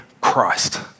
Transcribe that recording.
Christ